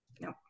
no